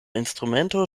instrumento